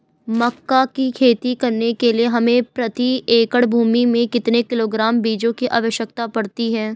मक्का की खेती करने के लिए हमें प्रति एकड़ भूमि में कितने किलोग्राम बीजों की आवश्यकता पड़ती है?